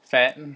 fat